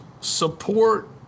support